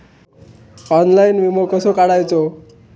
Online विमो कसो काढायचो?